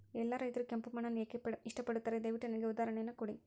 ಎಲ್ಲಾ ರೈತರು ಕೆಂಪು ಮಣ್ಣನ್ನು ಏಕೆ ಇಷ್ಟಪಡುತ್ತಾರೆ ದಯವಿಟ್ಟು ನನಗೆ ಉದಾಹರಣೆಯನ್ನ ಕೊಡಿ?